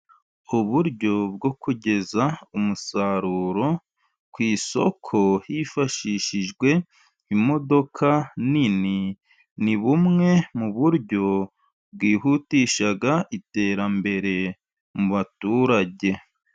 Uburyo bwo kugeza umusaruro ku isoko hifashishijwe imodoka nini, ni bumwe mu buryo bwihutisha iterambere mu baturage.